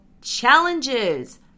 challenges